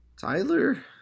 Tyler